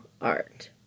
art